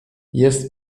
jest